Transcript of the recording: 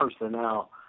personnel